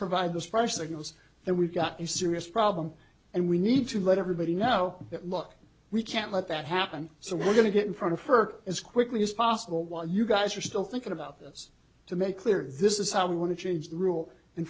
provide those precious seconds then we've got a serious problem and we need to let everybody know that look we can't let that happen so we're going to get in front of her as quickly as possible while you guys are still thinking about this to make clear this is how we want to change the rule and